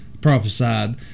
prophesied